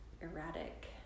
erratic